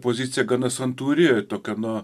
pozicija gana santūri tokia nu